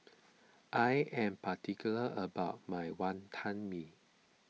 I am particular about my Wantan Mee